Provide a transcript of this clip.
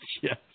Yes